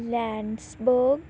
ਲੈਂਡਸਬੋ